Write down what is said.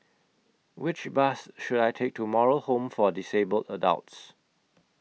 Which Bus should I Take to Moral Home For Disabled Adults